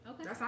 Okay